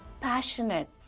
passionate